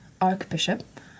Archbishop